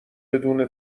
بدون